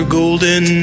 golden